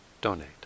donate